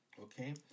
okay